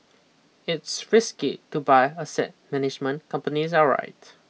it's risky to buy asset management companies outright